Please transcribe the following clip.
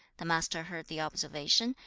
the master heard the observation,